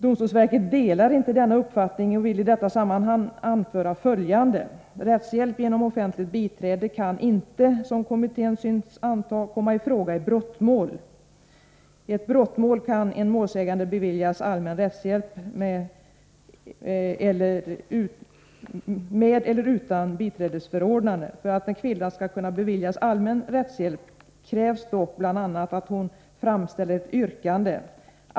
DV delar inte denna uppfattning och vill idetta sammanhang anföra följande. Rättshjälp genom offentligt biträde kan inte, som kommittén synes anta , komma i fråga i brottmål. I ett brottmål kan en målsägande beviljas allmän rättshjälp med eller utan biträdesförordnande. För att kvinnan skall kunna beviljas allmän rättshjälp krävs dock bl.a. att hon framställer ett yrkande.